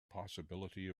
possibility